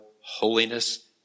holiness